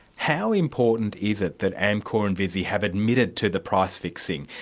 how important is it that amcor and visy have admitted to the price fixing?